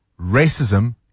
racism